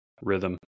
Rhythm